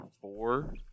four